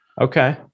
Okay